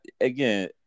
again